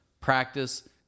practice